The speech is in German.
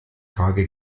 tage